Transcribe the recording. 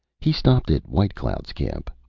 he stopped at white cloud's camp.